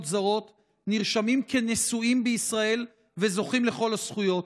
זרות נרשמים כנשואים בישראל וזכאים לכל הזכויות,